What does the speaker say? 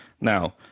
Now